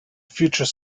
future